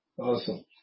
Awesome